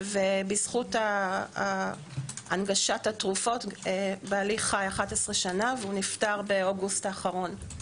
בזכות הנגשת התרופות בעלי חי 11 שנה והוא נפטר באוגוסט האחרון,